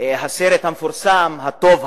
הסרט המפורסם "הטוב,